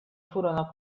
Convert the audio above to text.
furono